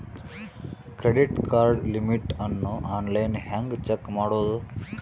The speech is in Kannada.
ಕ್ರೆಡಿಟ್ ಕಾರ್ಡ್ ಲಿಮಿಟ್ ಅನ್ನು ಆನ್ಲೈನ್ ಹೆಂಗ್ ಚೆಕ್ ಮಾಡೋದು?